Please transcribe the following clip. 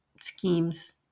schemes